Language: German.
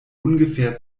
ungefähr